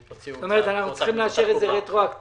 זאת אומרת, אנחנו צריכים לאשר את זה רטרואקטיבית?